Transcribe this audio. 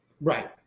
Right